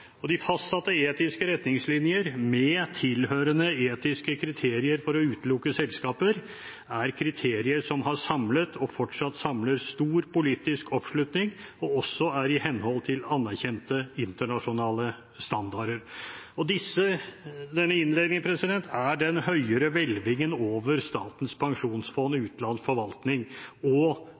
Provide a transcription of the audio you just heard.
forhold. De fastsatte etiske retningslinjer med tilhørende etiske kriterier for å utelukke selskaper er kriterier som har samlet, og fortsatt samler, stor politisk oppslutning og som også er i henhold til anerkjente internasjonale standarder. Denne innledningen er den høyere hvelvingen over Statens pensjonsfond utlands forvaltning,